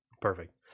Perfect